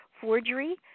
forgery